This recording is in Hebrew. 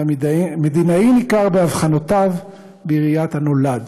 והמדינאי ניכר באבחנותיו בראיית הנולד.